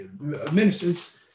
ministers